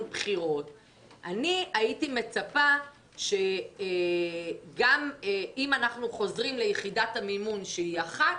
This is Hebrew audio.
בחירות הייתי מצפה שגם אם אנחנו חוזרים ליחידת המימון של 1,